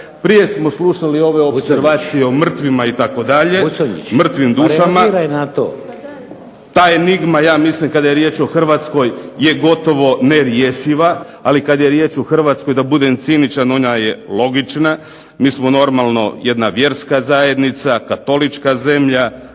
Prije smo slušali ove opservacije o mrtvima itd. mrtvim dušama, ta enigma ja mislim kada je riječ o Hrvatskoj je gotovo nerješiva, ali kada je riječ o Hrvatskoj da budem ciničan ona je logična. Mi smo normalno jedna vjerska zajednica, katolička zemlja,